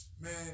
man